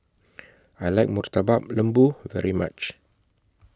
I like Murtabak Lembu very much